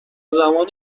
زمان